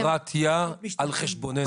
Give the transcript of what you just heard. קוראים לזה ביורוקרטיה על חשבוננו.